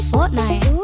Fortnite